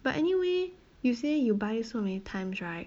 but anyway you say you buy so many times right